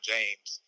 James